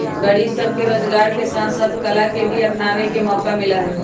गरीब सब के रोजगार के साथ साथ कला के भी अपनावे के मौका मिला हई